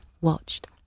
watched